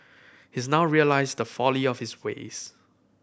he's now realised the folly of his ways